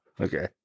Okay